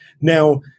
Now